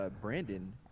Brandon